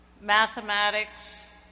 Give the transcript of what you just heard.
mathematics